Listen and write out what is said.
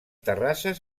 terrasses